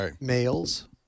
males